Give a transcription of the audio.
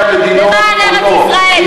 השדולה הראשונה למען ארץ-ישראל.